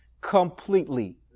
completely